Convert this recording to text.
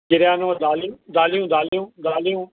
किरायानो दालियूं दालियूं दालियूं दालियूं दालियूं